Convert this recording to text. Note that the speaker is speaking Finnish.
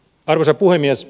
arvoisa puhemies